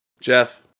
Jeff